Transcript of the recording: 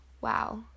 wow